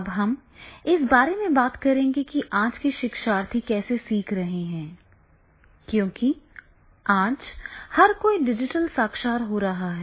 अब हम इस बारे में बात करेंगे कि आज के शिक्षार्थी कैसे सीख रहे हैं क्योंकि आज हर कोई डिजिटल साक्षर हो रहा है